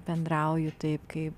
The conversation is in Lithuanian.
bendrauju taip kaip